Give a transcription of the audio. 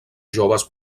joves